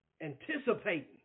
anticipating